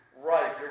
right